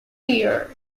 year